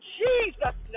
jesus